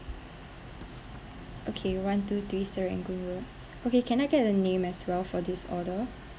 okay one two three serangoon road okay can I get a name as well for this order